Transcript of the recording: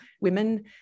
women